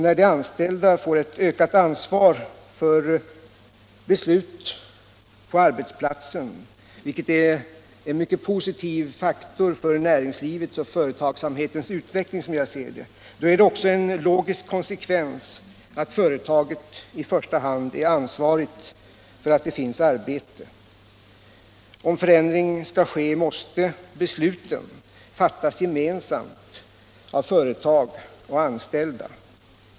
När de anställda får ett ökat ansvar för beslut på arbetsplatsen — vilket, som jag ser det, är en mycket positiv faktor för näringslivets och företagsamhetens utveckling — är det också en logisk konsekvens att företagen i första hand är ansvariga för att det finns arbete. Om förändring skall ske måste besluten fattas gemensamt av företag och anställda.